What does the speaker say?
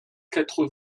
quatre